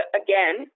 again